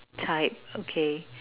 type okay